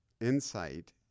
insight